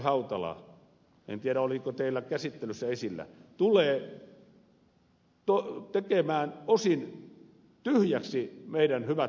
hautala en tiedä oliko tämä teillä käsittelyssä esillä tulee tekemään osin tyhjäksi meidän hyvät ponnistuksemme